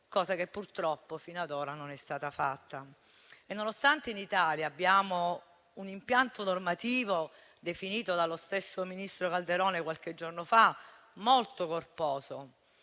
cosa che purtroppo fino a ora non è stata fatta. Nonostante in Italia abbiamo un impianto normativo definito dallo stesso ministro Calderone qualche giorno fa molto corposo,